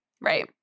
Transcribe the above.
right